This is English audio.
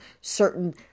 certain